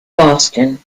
boston